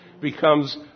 becomes